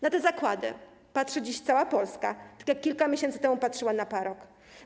Na te zakłady patrzy dziś cała Polska, jak kilka miesięcy temu patrzyła na Paroc.